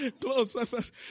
Close